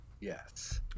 yes